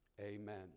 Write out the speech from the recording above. Amen